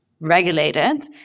regulated